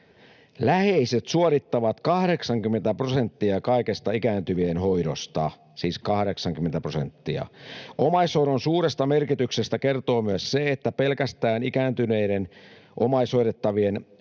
Läheiset suorittavat 80 prosenttia kaikesta ikääntyvien hoidosta — siis 80 prosenttia. Omaishoidon suuresta merkityksestä kertoo myös se, että pelkästään ikääntyneiden omaishoidettavien